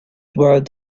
word